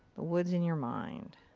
the woods in your mind.